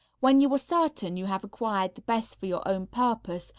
when you are certain you have acquired the best for your own purposes,